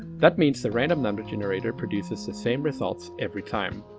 that means the random number generator produces the same results every time.